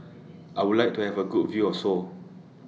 I Would like to Have A Good View of Seoul